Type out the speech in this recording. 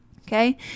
Okay